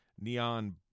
neon